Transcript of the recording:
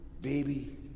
baby